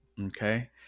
okay